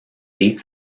eight